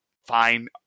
fine